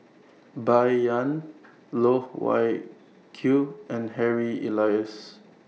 Bai Yan Loh Wai Kiew and Harry Elias